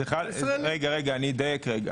אני אדייק.